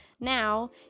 Now